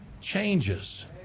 changes